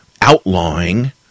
outlawing